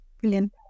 Brilliant